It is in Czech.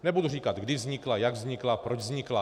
Nebudu říkat, kdy vznikla, jak vznikla, proč vznikla.